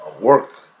work